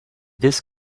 this